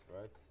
Right